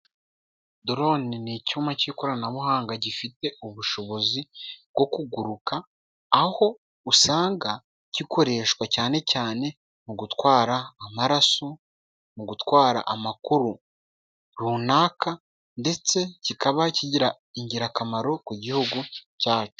Dorone ni icyuma cy'ikoranabuhanga gifite ubushobozi bwo kuguruka, aho usanga gikoreshwa cyane cyane mu gutwara amaraso, mu gutwara amakuru runaka, ndetse kikaba kigira ingirakamaro ku gihugu cyacu.